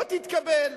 לא תתקבל.